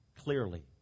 clearly